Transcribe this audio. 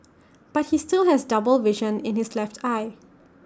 but he still has double vision in his left eye